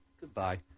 Goodbye